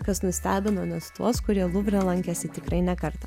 kas nustebino net tuos kurie luvre lankėsi tikrai ne kartą